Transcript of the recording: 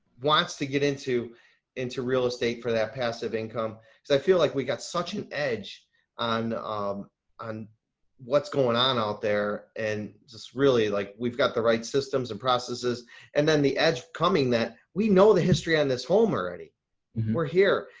wants to get into into real estate for that passive income, because i feel like we got such an edge on um on what's going on out there and just really like we've got the right systems and processes and then the edge coming that we know the history on this home already we're here.